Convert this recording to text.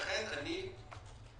לכן אני חדש,